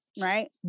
right